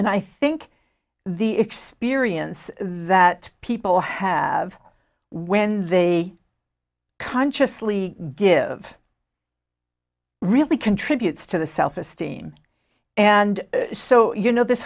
and i think the experience that people have when they consciously give really contributes to the self esteem and so you know this